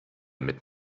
mit